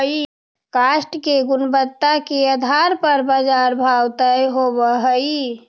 काष्ठ के गुणवत्ता के आधार पर बाजार भाव तय होवऽ हई